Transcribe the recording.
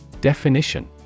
Definition